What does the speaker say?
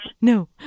No